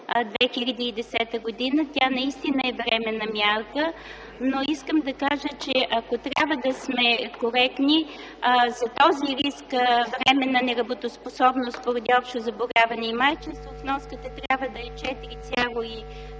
2010 г. Тя наистина е временна мярка, но искам да кажа, че ако трябва да сме коректни, за този риск временна неработоспособност поради общо заболяване и майчинство вноската трябва да е 4,5%